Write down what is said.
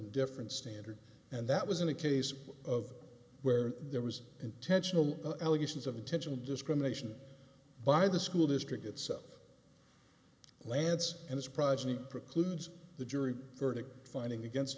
different standard and that was in a case of where there was intentional allegations of intentional discrimination by the school district itself lance and his progeny precludes the jury verdict finding against